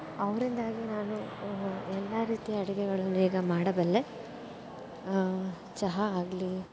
ಅವರಿಂದಾಗಿ ನಾನು ಎಲ್ಲ ರೀತಿಯ ಅಡುಗೆಗಳನ್ನೀಗ ಮಾಡಬಲ್ಲೆ ಚಹಾ ಆಗಲಿ